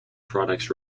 products